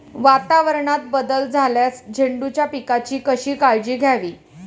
वातावरणात बदल झाल्यास झेंडूच्या पिकाची कशी काळजी घ्यावी?